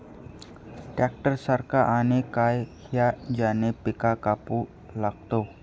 Tractor सारखा आणि काय हा ज्याने पीका कापू शकताव?